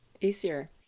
Easier